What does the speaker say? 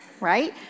right